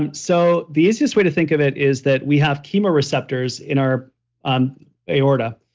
um so, the easiest way to think of it is that we have chemo receptors in our um aorta,